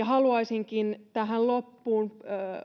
haluaisinkin tähän loppuun